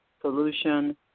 solution